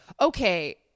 okay